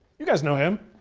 you guys know him.